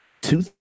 two